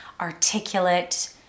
articulate